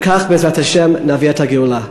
וכך, בעזרת השם, נביא את הגאולה.